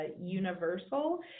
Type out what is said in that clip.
universal